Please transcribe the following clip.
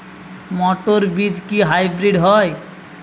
মটর বীজ কি হাইব্রিড হয়?